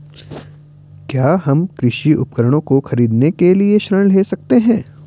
क्या हम कृषि उपकरणों को खरीदने के लिए ऋण ले सकते हैं?